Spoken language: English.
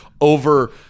over